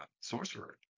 Sorcerer